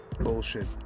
Bullshit